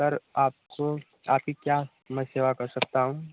sir आपको आपकी क्या मैं सेवा कर सकता हूँ